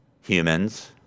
humans